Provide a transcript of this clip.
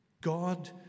God